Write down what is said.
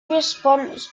response